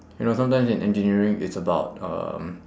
you know sometimes in engineering it's about um